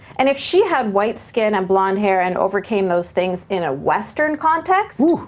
and if she had white skin, and blonde hair, and overcame those things in a western context woo!